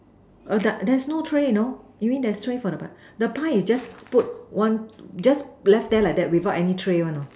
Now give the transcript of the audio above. there's no tray you know you mean there's tray for the pie the pie is just put one just left there like that without any tray one you know